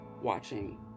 watching